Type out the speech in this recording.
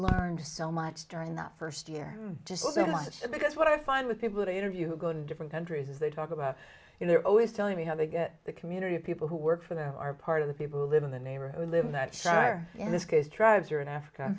learned so much during that first year just so much because what i find with people to interview who go to different countries is they talk about in they're always telling me how big the community of people who work for them are part of the people who live in the neighborhood live in that shire in this case tribes here in africa